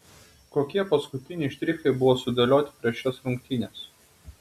kokie paskutiniai štrichai buvo sudėlioti prieš šias rungtynes